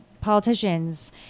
politicians